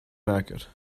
market